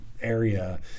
area